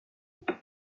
enfer